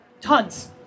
Tons